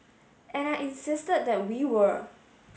and I insisted that we were